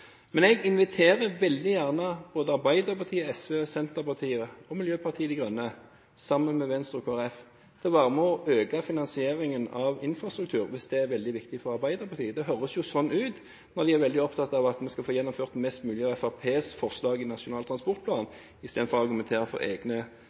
Men jeg inviterer veldig gjerne både Arbeiderpartiet, SV, Senterpartiet og Miljøpartiet De Grønne, sammen med Venstre og Kristelig Folkeparti, til å være med på å øke finansieringen av infrastruktur, hvis det er veldig viktig for Arbeiderpartiet – det høres jo sånn ut, når de er veldig opptatt av at vi skal få gjennomført mest mulig av Fremskrittspartiets forslag i Nasjonal transportplan,